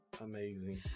amazing